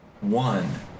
One